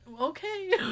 okay